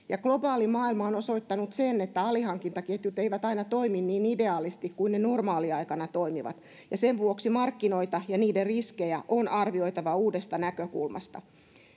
globaali maailma on osoittanut että alihankintaketjut eivät aina toimi niin ideaalisti kuin ne normaaliaikana toimivat ja sen vuoksi markkinoita ja niiden riskejä on arvioitava uudesta näkökulmasta